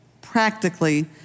practically